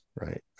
right